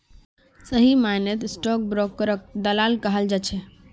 सही मायनेत स्टाक ब्रोकरक दलाल कहाल जा छे